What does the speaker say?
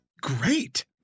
great